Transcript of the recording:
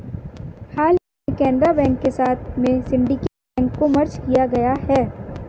हाल ही में केनरा बैंक के साथ में सिन्डीकेट बैंक को मर्ज किया गया है